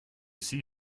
see